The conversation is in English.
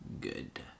good